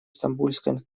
стамбульской